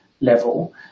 level